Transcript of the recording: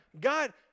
God